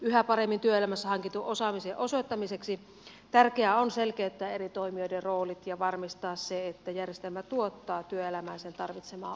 yhä paremmin työelämässä hankitun osaamisen osoittamiseksi on tärkeää selkeyttää eri toimijoiden roolit ja varmistaa se että järjestelmä tuottaa työelämään sen tarvitsemaa osaamista